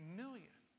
million